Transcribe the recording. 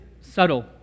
subtle